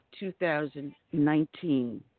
2019